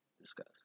discuss